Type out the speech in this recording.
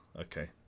okay